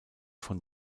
von